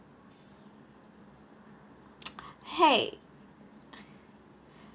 hey